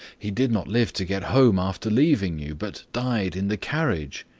he did not live to get home after leaving you, but died in the carriage.